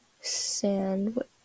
sandwich